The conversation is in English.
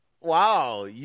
Wow